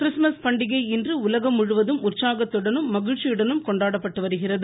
Christmas பண்டிகை இன்று உலகம் முழுவதும் உற்சாகத்துடனும் மகிழ்ச்சியுடனும் கொண்டாடப்பட்டு வருகிறது